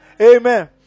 Amen